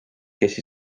kes